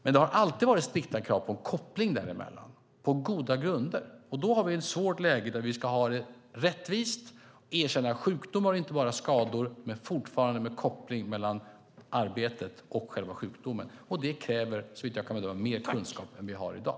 Men det har alltid på goda grunder varit strikta krav på en koppling däremellan, och då har vi ett svårt läge där vi ska ha det rättvist, erkänna sjukdomar och inte bara skador men fortfarande se en koppling mellan arbetet och själva sjukdomen. Detta kräver såvitt jag kan bedöma mer kunskap än vi har i dag.